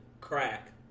Crack